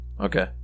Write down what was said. Okay